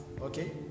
okay